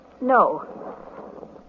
No